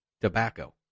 tobacco